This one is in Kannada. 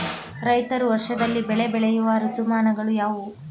ರೈತರು ವರ್ಷದಲ್ಲಿ ಬೆಳೆ ಬೆಳೆಯುವ ಋತುಮಾನಗಳು ಯಾವುವು?